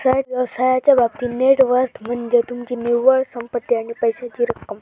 व्यवसायाच्या बाबतीत net worth म्हनज्ये तुमची निव्वळ संपत्ती आणि पैशाची रक्कम